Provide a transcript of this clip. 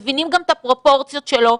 מבינים גם את הפרופורציות שלו,